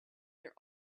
their